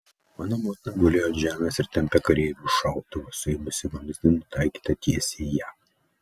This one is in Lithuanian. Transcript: mano motina gulėjo ant žemės ir tempė kareivį už šautuvo suėmusį vamzdį nutaikytą tiesiai į ją